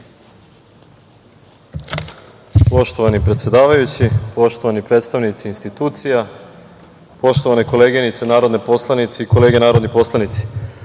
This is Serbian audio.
Poštovani predsedavajući, poštovani predstavnici institucija, poštovane koleginice narodne poslanice i kolege narodni poslanici,